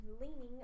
leaning